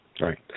right